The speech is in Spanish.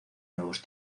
nuevos